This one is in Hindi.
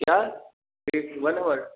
क्या सिक्स वन वन